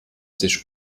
sich